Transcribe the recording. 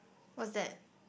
what's that